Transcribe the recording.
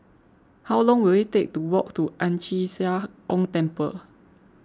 how long will it take to walk to Ang Chee Sia Ong Temple